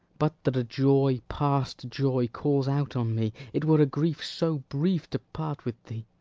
but that a joy past joy calls out on me, it were a grief so brief to part with thee